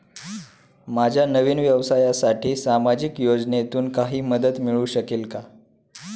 माझ्या नवीन व्यवसायासाठी सामाजिक योजनेतून काही मदत मिळू शकेल का?